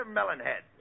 Melonhead